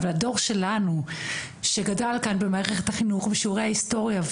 אבל הדור שלנו שגדל במערכת החינוך ושיעורי היסטוריה,